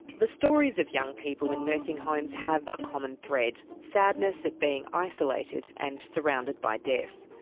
the stories of young people in nursing homes have a common thread sadness at being isolated and surrounded by death.